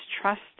trust